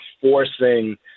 forcing